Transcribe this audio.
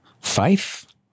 faith